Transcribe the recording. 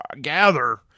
gather